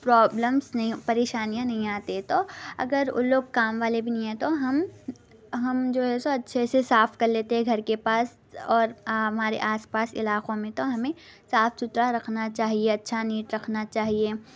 problems نہیں پریشانیاں نہیں آتی تو اگر ان لوگ کام والے بھی نہیں ہیں تو ہم ہم جو ہے سو اچھے سے صاف کر لیتے ہیں گھر کے پاس اور ہمارے آس پاس علاقوں میں تو ہمیں صاف ستھرا رکھنا چاہیے اچھا نیٹ رکھنا چاہیے